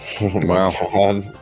Wow